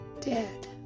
dead